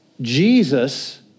Jesus